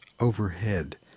overhead